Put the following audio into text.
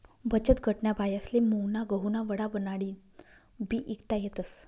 बचतगटन्या बायास्ले मुंगना गहुना वडा बनाडीन बी ईकता येतस